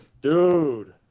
Dude